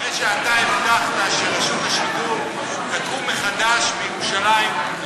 אחרי שאתה הבטחת שרשות השידור תקום מחדש בירושלים,